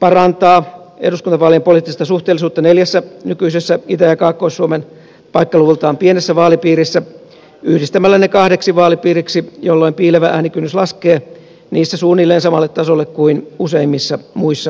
parantaa eduskuntavaalien poliittista suhteellisuutta neljässä nykyisessä itä ja kaakkois suomen paikkaluvultaan pienessä vaalipiirissä yhdistämällä ne kahdeksi vaalipiiriksi jolloin piilevä äänikynnys laskee niissä suunnilleen samalle tasolle kuin useimmissa muissa vaalipiireissä